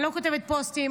אני לא כותבת פוסטים,